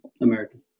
American